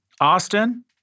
Austin